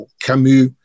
Camus